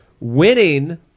Winning